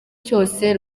cyose